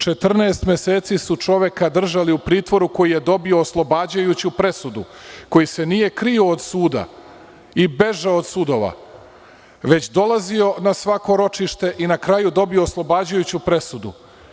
Četrnaest meseci su čoveka držali u pritvoru koji je dobio oslobađajuću presudu, koji se nije krio od suda i bežao od sudova, već dolazio na svako ročište i na kraju dobio oslobađajuću presudu.